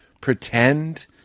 pretend